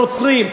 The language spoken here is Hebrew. נוצרים,